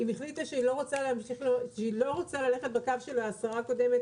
אם היא החליטה שהיא לא רוצה ללכת בקו של השרה הקודמת